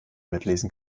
mitlesen